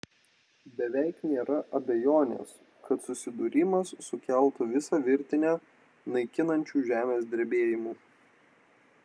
beveik nėra abejonės kad susidūrimas sukeltų visą virtinę naikinančių žemės drebėjimų